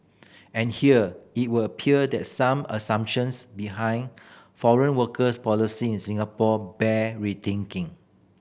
and here it would appear that some assumptions behind foreign worker policies in Singapore bear rethinking